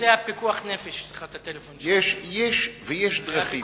ויש דרכים,